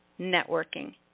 networking